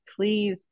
please